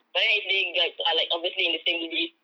but then if they got are like obviously in the same lift